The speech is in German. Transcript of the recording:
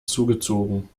zugezogen